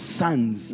sons